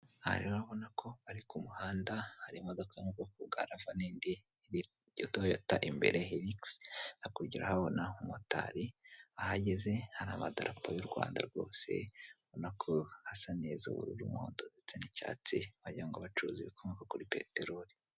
Aha rero urabona ko ari ku muhanda hari imodoka yo mubwoko bwa rava nindi ya toyata imbere hirigisi hakurya urahabona umumotari ahageze hari amadarapo y'u Rwanda rwose ubonako hasa neza hasa umuhodo ndetse n'icyatsi wagira ngo bacuruza ibikomoka kuri peterori.